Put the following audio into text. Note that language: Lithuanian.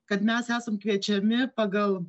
kad mes esam kviečiami pagal